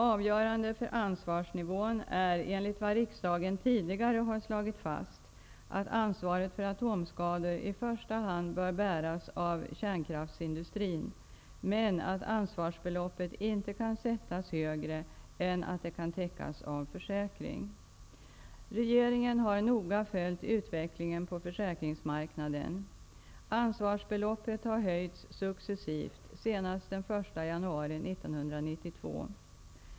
Avgörande för ansvarsnivån är enligt vad riksdagen tidigare har slagit fast att ansvaret för atomskador i första hand bör bäras av kärnkraftsindustrin men att ansvarsbeloppet inte kan sättas högre än att det kan täckas av försäkring. Regeringen har noga följt utvecklingen på försäkringsmarknaden. Ansvarsbeloppet har höjts successivt, senast den 1 januari 1992.